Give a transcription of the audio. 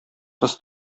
кыз